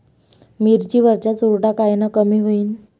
मिरची वरचा चुरडा कायनं कमी होईन?